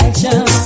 Action